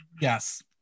Yes